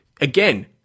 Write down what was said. again